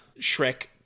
Shrek